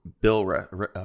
bill